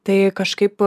tai kažkaip